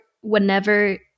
whenever